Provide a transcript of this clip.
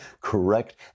correct